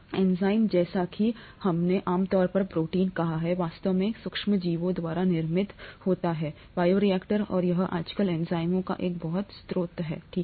enzyme जैसा कि हमने आमतौर पर प्रोटीन कहा है वास्तव में सूक्ष्मजीवों द्वारा निर्मित होते हैं बायोरिएक्टर और यह आजकल एंजाइमों का एक बहुत स्रोत है ठीक है